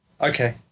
Okay